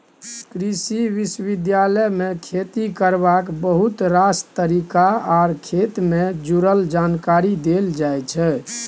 कृषि विश्वविद्यालय मे खेती करबाक बहुत रास तरीका आर खेत सँ जुरल जानकारी देल जाइ छै